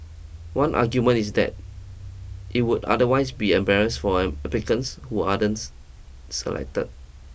one argument is that it would otherwise be embarrass for an applicants who selected